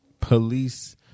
police